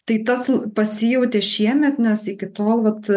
tai tas pasijautė šiemet nes iki tol vat